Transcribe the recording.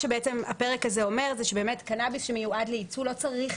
הפרק הזה אומר שבאמת קנאביס שמיועד לייצוא לא צריך